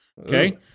Okay